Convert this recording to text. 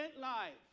life